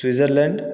Switzerland